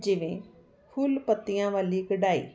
ਜਿਵੇਂ ਫੁੱਲ ਪੱਤਿਆਂ ਵਾਲੀ ਕਢਾਈ